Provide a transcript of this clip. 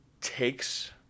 takes